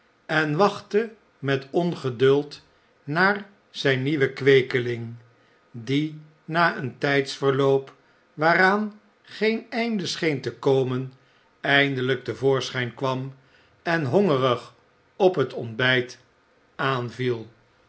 en wachtte met ongeduld naar zijn nieuwen kweekeling die na een tijdsverloop waaraan geen einde scheen te komen eindelijk te voorschijn kwam en hongerig op het ontbijt aanviel